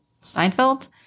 Steinfeld